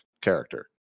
character